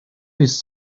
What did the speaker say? his